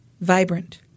vibrant